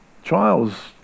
trials